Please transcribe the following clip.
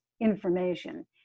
information